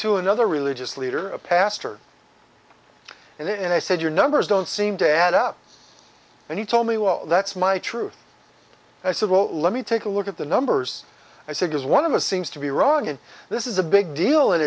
to another religious leader a pastor and i said your numbers don't seem to add up and he told me that's my truth i said well let me take a look at the numbers i said as one of us seems to be wrong and this is a big deal and